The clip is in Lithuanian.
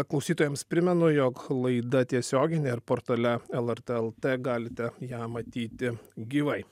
klausytojams primenu jog laida tiesioginė ir portale lrt lt galite ją matyti gyvai